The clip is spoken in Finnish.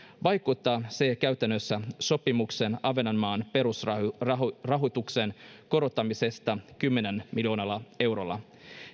vaikuttaa se käytännössä sopimukseen ahvenanmaan perusrahoituksen korottamisesta kymmenellä miljoonalla eurolla